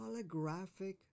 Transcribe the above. holographic